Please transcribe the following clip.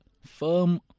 firm